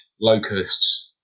locusts